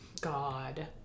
God